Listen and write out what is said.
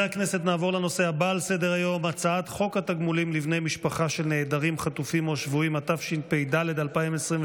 22 בעד, אין מתנגדים, אין נמנעים.